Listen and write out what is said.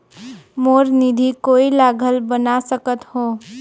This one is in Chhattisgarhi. मोर निधि कोई ला घल बना सकत हो?